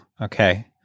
okay